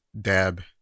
dab